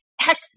Heck